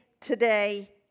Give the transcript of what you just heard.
today